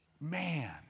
Man